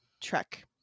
trek